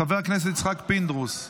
חבר הכנסת יצחק פינדרוס,